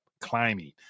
climbing